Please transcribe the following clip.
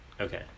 Okay